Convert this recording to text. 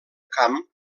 camp